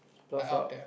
pass up